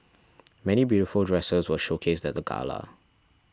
many beautiful dresses were showcased at the gala